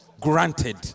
granted